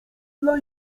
dla